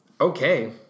okay